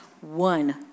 one